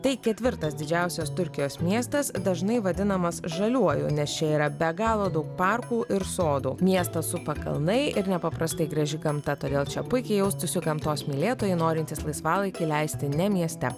tai ketvirtas didžiausias turkijos miestas dažnai vadinamas žaliuoju nes čia yra be galo daug parkų ir sodų miestą supa kalnai ir nepaprastai graži gamta todėl čia puikiai jaustųsi gamtos mylėtojai norintys laisvalaikį leisti ne mieste